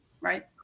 Right